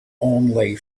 only